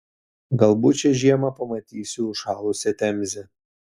galbūt šią žiemą pamatysiu užšalusią temzę